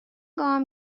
گام